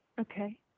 Okay